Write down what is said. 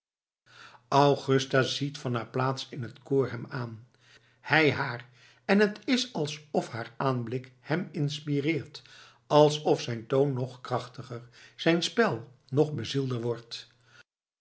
augusta ziet van haar plaats in t koor hem aan hij haar en t is alsof haar aanblik hem inspireert alsof zijn toon nog krachtiger zijn spel nog bezielder wordt